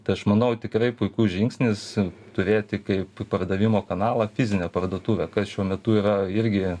tai aš manau tikrai puikus žingsnis turėti kaip pardavimo kanalą fizinę parduotuvę kas šiuo metu yra irgi